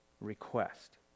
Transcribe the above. request